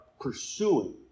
pursuing